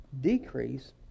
decrease